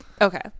Okay